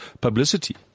publicity